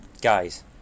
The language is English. guys